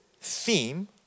theme